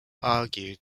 argued